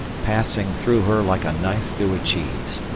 passing through her like a knife through a cheese.